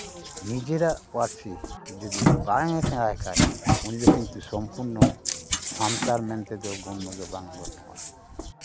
ᱱᱤᱡᱮᱨᱟᱜ ᱯᱟᱹᱨᱥᱤ ᱡᱩᱫᱤ ᱵᱟᱝ ᱮ ᱥᱮᱬᱟᱭ ᱠᱷᱟᱡ ᱩᱱᱤᱫᱚ ᱠᱤᱱᱛᱩ ᱥᱚᱢᱯᱩᱨᱱᱚ ᱥᱟᱱᱛᱟᱲ ᱢᱮᱱ ᱛᱮᱫᱚ ᱜᱚᱱᱱᱚ ᱜᱮ ᱵᱟᱝ ᱜᱚᱱᱱᱚᱜᱼᱟᱭ